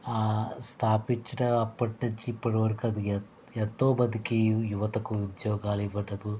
స్థాపించిన అప్పటి నుంచి ఇప్పటివరకు అది ఎన్ ఎంతో మందికి యువతకు ఉద్యోగాలు ఇవ్వటము